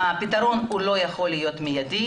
הפתרון לא יכול להיות מידי,